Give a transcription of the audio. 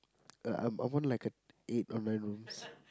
uh I'm I want like a eight in my rooms